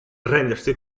rendersi